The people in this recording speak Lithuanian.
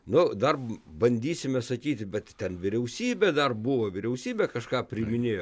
nu dar bandysime statyti bet ten vyriausybė dar buvo vyriausybė kažką priiminėjo